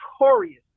notorious